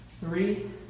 three